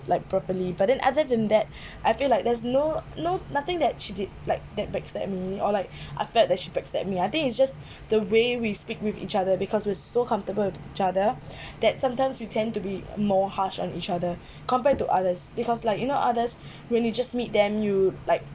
like properly but then other than that I feel like there is no no nothing that she did like that back stab me or like I felt that she back stab me I think it's just the way we speak with each other because we are so comfortable with each other that sometimes we tend to be more harsh on each other compared to others because like you know others really just meet them you like